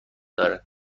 داره